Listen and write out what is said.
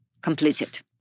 completed